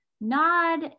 nod